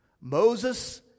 Moses